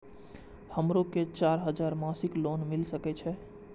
हमरो के चार हजार मासिक लोन मिल सके छे?